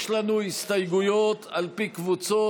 יש לנו הסתייגויות על פי קבוצות.